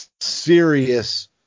serious